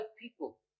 people